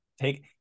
take